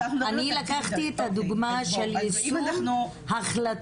אני לקחתי את הדוגמה של יישום החלטות.